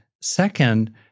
second